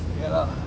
yeah lah